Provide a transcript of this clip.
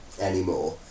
anymore